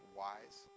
wise